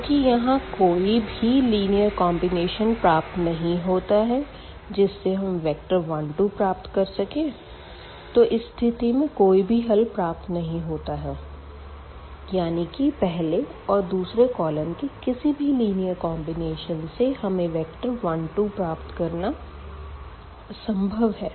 चूँकि यहाँ कोई भी लिनीयर कॉम्बिनेशन प्राप्त नहीं होता है जिससे हम वेक्टर 1 2 प्राप्त कर सके तो इस स्थिति में कोई भी हल प्राप्त नहीं होता है यानी कि पहले और दूसरे कॉलम के किसी भी लिनीयर कॉम्बिनेशन से हमें वेक्टर 1 2 प्राप्त करना असंभव है